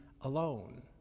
alone